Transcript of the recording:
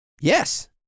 Yes